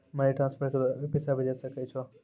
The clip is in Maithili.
मनी ट्रांसफर के द्वारा भी पैसा भेजै सकै छौ?